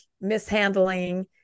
mishandling